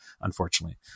unfortunately